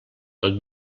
tot